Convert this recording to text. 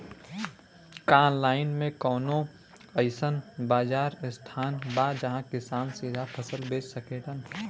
का आनलाइन मे कौनो अइसन बाजार स्थान बा जहाँ किसान सीधा फसल बेच सकेलन?